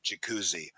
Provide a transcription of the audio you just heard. Jacuzzi